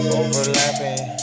overlapping